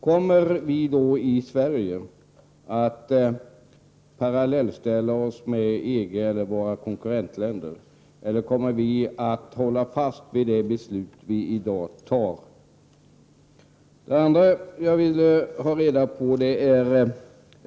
Kommer vi i Sverige då att ställa oss parallellt med EG eller våra konkurrentländer, eller kommer vi att hålla fast vid det beslut vi i dag fattar?